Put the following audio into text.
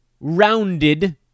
rounded